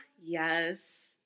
yes